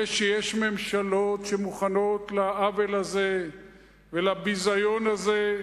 זה שיש ממשלות שמוכנות לעוול הזה ולביזיון הזה,